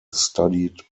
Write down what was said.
studied